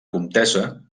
comtessa